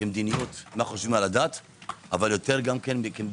כמדיניות מה חושבים על הדת ויותר כמדיניות